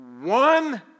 one